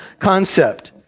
concept